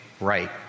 right